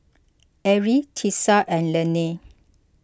Arie Tisa and Lainey